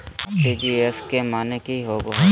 RTGS के माने की होबो है?